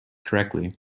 correctly